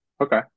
Okay